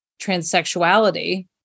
transsexuality